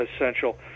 essential